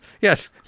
yes